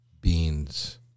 Beans